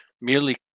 merely